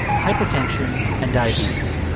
hypertension and diabetes